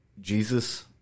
Jesus